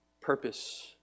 purpose